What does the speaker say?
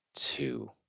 Two